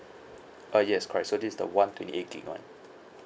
uh yes correct so this is the one twenty eight gig one